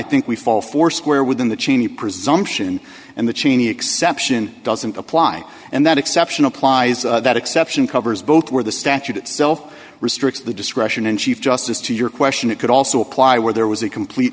think we fall foursquare within the cheney presumption and the cheney exception doesn't apply and that exceptional plies that exception covers both where the statute itself restricts the discretion and chief justice to your question it could also apply where there was a complete